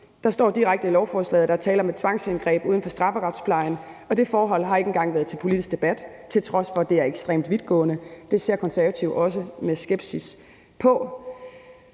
Der står direkte i lovforslaget, at der er tale om et tvangsindgreb uden for strafferetsplejen, og det forhold har ikke engang været til politisk debat, til trods for at det er ekstremt vidtgående. Det ser Konservative også med skepsis på.